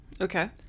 Okay